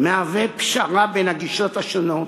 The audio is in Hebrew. מהווה פשרה בין הגישות השונות